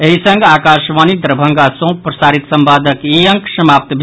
एहि संग आकाशवाणी दरभंगा सँ प्रसारित संवादक ई अंक समाप्त भेल